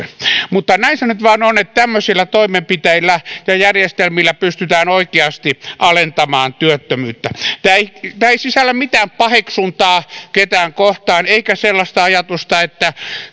mutta näin se nyt vain on että tämmöisillä toimenpiteillä ja järjestelmillä pystytään oikeasti alentamaan työttömyyttä tämä ei sisällä mitään paheksuntaa ketään kohtaan eikä sellaista ajatusta että